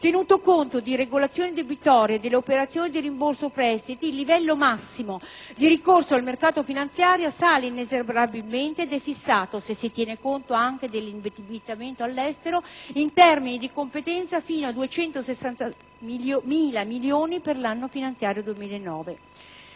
Tenuto conto di regolazioni debitorie, delle operazioni di rimborso di prestiti, il livello massimo di ricorso al mercato finanziario sale inesorabilmente ed è fissato, se si tiene conto anche dell'indebitamento all'estero, in termini di competenza fino a 260.000 milioni per l'anno finanziario 2009.